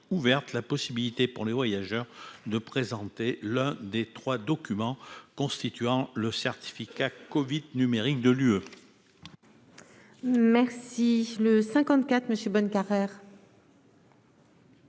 la possibilité pour les voyageurs de présenter l'un des 3 documents constituant le certificat Covid numérique de l'UE. Merci le 54, monsieur Bonnecarrere.